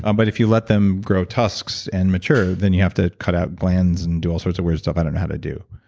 um but if you let them grow tusks and mature, then you have to cut out glands and do all sorts of weird stuff, i don't know how to do.